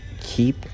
keep